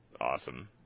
Awesome